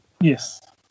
yes